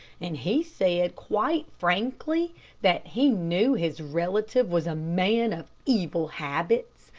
and he said quite frankly that he knew his relative was a man of evil habits,